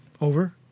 Over